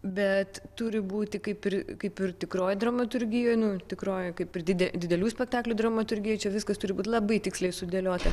bet turi būti kaip ir kaip ir tikroji dramaturgija nu tikroji kaip ir didi didelių spektaklių dramaturgija čia viskas turi būi labai tiksliai sudėliota